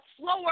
slower